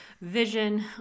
vision